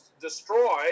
destroy